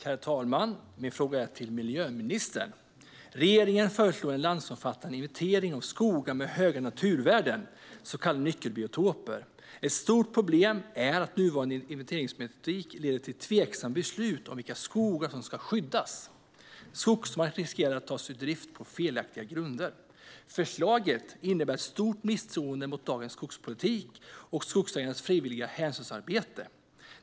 Herr talman! Min fråga är till miljöministern. Regeringen föreslår en landsomfattande inventering av skogar med höga naturvärden, så kallade nyckelbiotoper. Ett stort problem är att nuvarande inventeringsmetodik leder till tveksamma beslut om vilka skogar som ska skyddas. Skogsmark riskerar att tas ur drift på felaktiga grunder. Förslaget innebär ett stort misstroende mot dagens skogspolitik och skogsägarnas frivilliga hänsynsarbete.